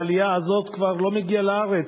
העלייה הזאת כבר לא מגיעה לארץ.